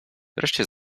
wreszcie